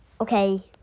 Okay